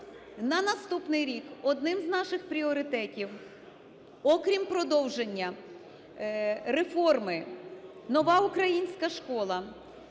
на наступний рік одним з наших пріоритетів, окрім продовження реформи "Нова українська школа",